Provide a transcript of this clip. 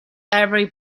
every